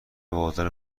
وادار